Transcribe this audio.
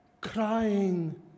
crying